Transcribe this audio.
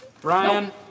Brian